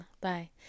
Bye